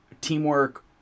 teamwork